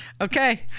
Okay